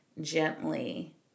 gently